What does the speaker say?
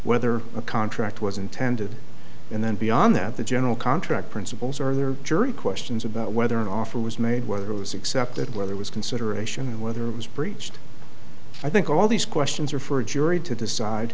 whether a contract was intended and then beyond that the general contract principles are there jury questions about whether an offer was made whether it was accepted whether was consideration and whether it was breached i think all these questions are for a jury to decide